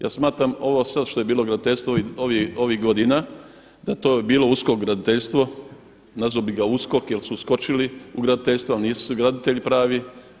Ja smatram ovo sad što je bilo graditeljstvo ovih godina da je to bilo uskok graditeljstvo, nazvao bih ga uskok jer su uskočili u graditeljstvo, ali nisu graditelji pravi.